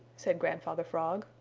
said grandfather frog,